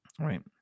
Right